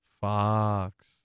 Fox